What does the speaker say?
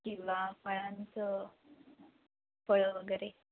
किंवा फळांचं फळं वगैरे